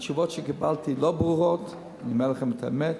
התשובות שקיבלתי לא ברורות, אני אומר לכם את האמת.